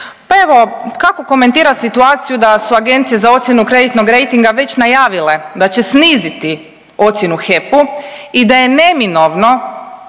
pa evo kako komentira situaciju da su Agencije za ocjenu kreditnog rejtinga već najavile da će sniziti ocjenu HEP-u i da je neminovno